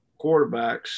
quarterbacks